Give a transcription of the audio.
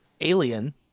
alien